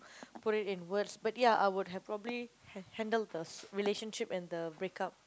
put it in words but ya I would have probably had handled the relationship and the break up